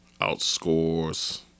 outscores